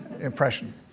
impression